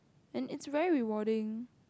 and it's very rewarding